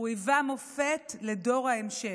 הוא היווה מופת לדור ההמשך.